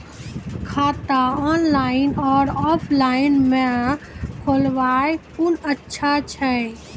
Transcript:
खाता ऑनलाइन और ऑफलाइन म खोलवाय कुन अच्छा छै?